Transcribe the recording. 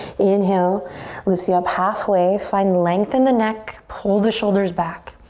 inhale lifts you up halfway. find length in the neck, pull the shoulders back.